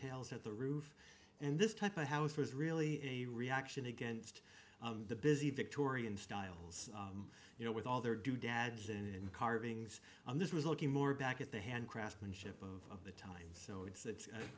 tails at the roof and this type of house was really a reaction against the busy victorian styles you know with all their doodads and carvings and this was looking more back at the hand craftsmanship of the time so it's